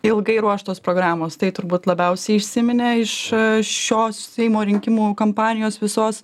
ilgai ruoštos programos tai turbūt labiausiai įsiminė iš šios seimo rinkimų kampanijos visos